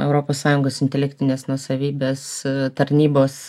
europos sąjungos intelektinės nuosavybės tarnybos